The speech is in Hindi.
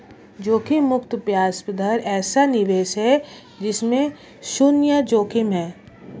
जोखिम मुक्त ब्याज दर ऐसा निवेश है जिसमें शुन्य जोखिम है